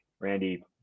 Randy